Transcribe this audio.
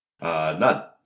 None